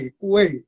wait